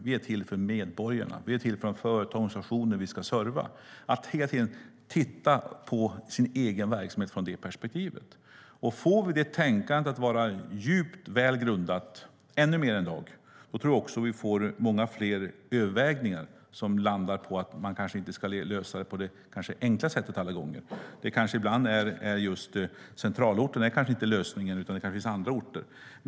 Vi är till för medborgarna, för de företag och organisationer vi ska serva. Det handlar om att hela tiden titta på den egna verksamheten från det perspektivet. Får vi det tänkandet att vara djupt och väl grundat - ännu mer än det är i dag - tror jag också att vi får många fler övervägningar som landar i att man kanske inte alla gånger ska lösa saker på det enkla sättet. Ibland kanske inte centralorten är lösningen, utan det kanske finns andra orter.